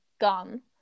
gone